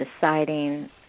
deciding